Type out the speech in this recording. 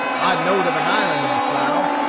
i know'd of an island in the slough,